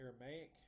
aramaic